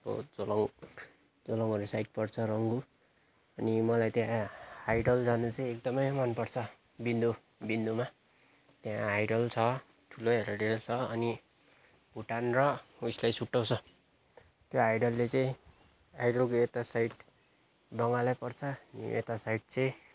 झोलुङ झोलुङ भन्ने साइड पर्छ रोङ्गो अनि मलाई त्यहाँ हाइडलहरू जान चाहिँ एकदमै मनपर्छ बिन्दु बिन्दुमा त्यहाँ हाइडल छ ठुलै हाइडल छ अनि भुटान र उइसलाई छुट्ट्याउँछ त्यो हाइडलले चाहिँ हाइडलको यता साइड बङ्गालै पर्छ अनि यता साइड चाहिँ